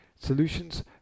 Solutions